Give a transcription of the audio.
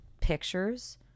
pictures